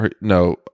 No